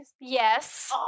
Yes